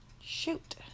Shoot